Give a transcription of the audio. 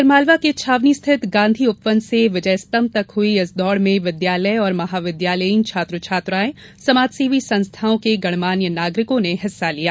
नगर के छावनी स्थित गाँधी उपवन से विजय स्तम्भ तक हुई इस दौड़ में विद्यालय एवं महाविद्यालयीन छात्र छात्राएं समाजसेवी संस्थाओं के गणमान्य नागरिकों ने हिस्सा लिया